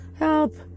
Help